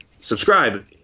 subscribe